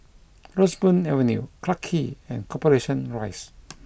Roseburn Avenue Clarke Quay and Corporation Rise